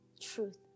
truth